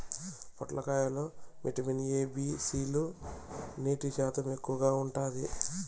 పొట్లకాయ లో vitamin A, B, C లు, నీటి శాతం ఎక్కువగా ఉంటాది